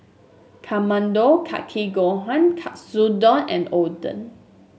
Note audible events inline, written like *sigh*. *unintelligible* kake gohan Katsudon and Oden